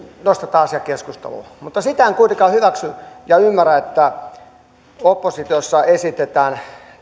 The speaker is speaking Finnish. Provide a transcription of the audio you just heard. nostetaan asia keskusteluun sitä en kuitenkaan hyväksy ja ymmärrä että oppositiossa esitetään